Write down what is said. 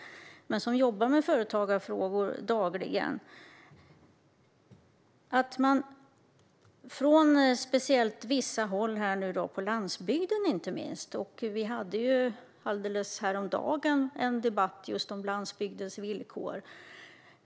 Men jag jobbar dagligen med företagarfrågor, och jag märker vad som sägs från vissa håll, inte minst på landsbygden. Så sent som häromdagen hade vi en debatt just om landsbygdens villkor.